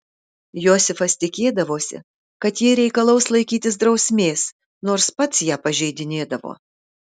josifas tikėdavosi kad ji reikalaus laikytis drausmės nors pats ją pažeidinėdavo